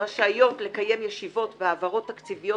רשאיות לקיים ישיבות בהעברות תקציביות